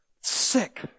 sick